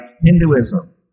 Hinduism